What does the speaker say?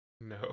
No